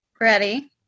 Ready